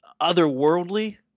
otherworldly